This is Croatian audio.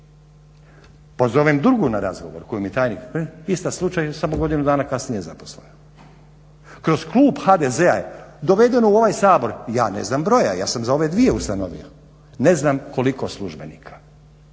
Pozovem drugu na razgovor koju mi tajnik, isti slučaj samo godinu dana kasnije zaposlena. Kroz Klub HDZ-a je dovedeno u ovaj Sabor, ja ne znam broja ja sam za ove dvije ustanovio, ne znam koliko službenika